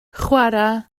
chwarae